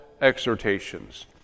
exhortations